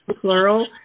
plural